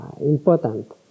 important